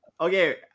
Okay